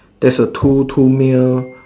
there's a two two male